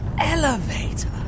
Elevator